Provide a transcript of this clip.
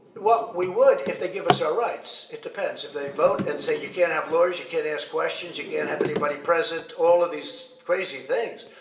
well, we would if they give us our rights. it depends. if they vote and say you can't have lawyers, you can't ask questions, you can't have anybody present all of these crazy things.